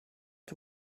had